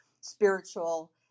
spiritual